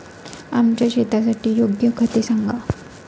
आमच्या शेतासाठी योग्य खते सांगा